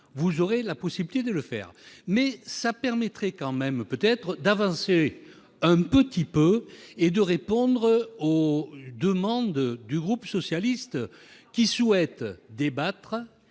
vous aurez la possibilité de le faire mais ça permettrait quand même peut-être d'avancer un petit peu et de répondre au demande du groupe socialiste qui souhaite débattre